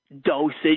dosage